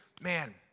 man